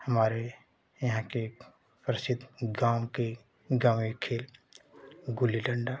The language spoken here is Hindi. हमारे यहाँ के प्रसिद्ध गाँव के ग्रामीण खेल गुल्ली डंडा